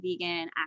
vegan